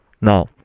now